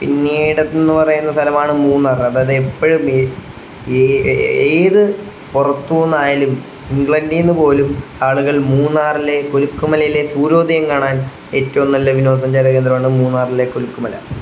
പിന്നീടെന്ന് പറയുന്ന സ്ഥലമാണ് മൂന്നാറ് അതായത് എപ്പോഴും ഏത് പുറത്ത് നിന്നായാലും ഇംഗ്ലണ്ടിൽ നിന്ന് പോലും ആളുകൾ മൂന്നാറിലെ കൊലുക്കുമലയിലെ സൂര്യോദയം കാണാൻ ഏറ്റവും നല്ല വിനോദസഞ്ചാര കേന്ദ്രമാണ് മൂന്നാറിലെ കൊലുക്കുമല